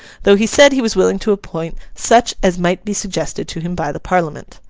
though he said he was willing to appoint such as might be suggested to him by the parliament.